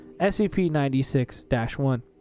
SCP-96-1